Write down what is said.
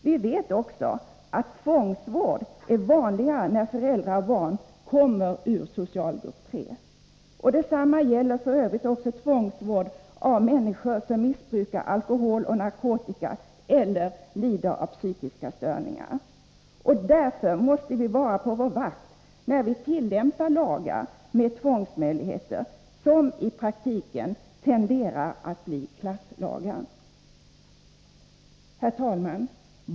Vi vet också att tvångsvård är vanligare när föräldrar och barn kommer ur socialgrupp 3. Detsamma gäller f. ö. också tvångsvård av människor som missbrukar alkohol och narkotika eller lider av psykiska störningar. Därför måste vi vara på vår vakt när vi tillämpar lagar med tvångsmöjligheter som i praktiken tenderar att bli klasslagar. Herr talman!